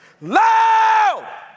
loud